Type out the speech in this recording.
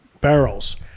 barrels